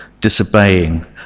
disobeying